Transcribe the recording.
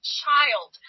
child